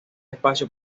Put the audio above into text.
espacio